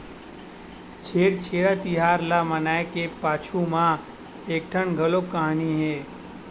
छेरछेरा तिहार ल मनाए के पाछू म एकठन घलोक कहानी हे